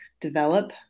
develop